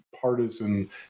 partisan